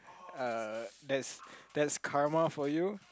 uh that's that's karma for you